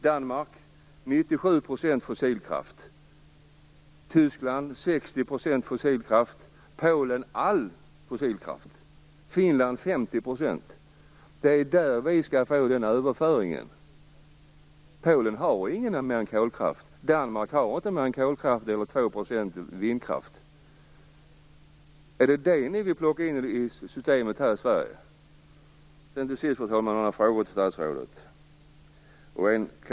Danmark använder 97 % fossilkraft, Tyskland 60 %, Polen 100 % och Finland 50 %, och det är med dessa länder överföringen skall ske. Polen har inte mer än kolkraft. Danmark har inte mer än kolkraft och 2 % vindkraft. Är det detta som ni vill plocka in i systemet här i Sverige? Till sist, fru talman, några frågor till statsrådet.